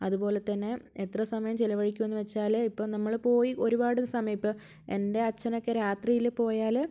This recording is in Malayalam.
അതുപോലെ തന്നെ എത്ര സമയം ചെലവഴിക്കൂന്ന് വെച്ചാൽ ഇപ്പം നമ്മൾ പോയി ഒരുപാട് സമയം ഇപ്പം എൻ്റെ അച്ഛനൊക്കെ രാത്രിയിൽ പോയാൽ